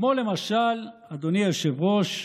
כמו למשל, אדוני היושב-ראש,